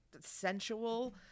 sensual